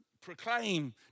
proclaim